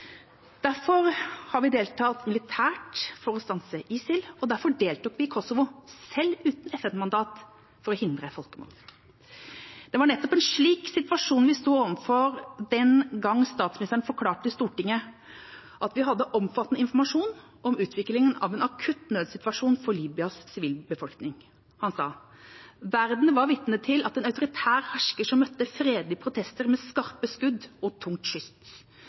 Derfor har vi deltatt militært for å stanse ISIL, og derfor deltok vi i Kosovo, selv uten et FN-mandat, for å hindre folkemord. Det var nettopp en slik situasjon vi sto overfor den gang statsministeren forklarte Stortinget at vi hadde omfattende informasjon om utviklingen av en akutt nødssituasjon for Libyas sivilbefolkning. Han sa: «Verden var vitne til en autoritær hersker som møtte fredelige protester med skarpe skudd og tungt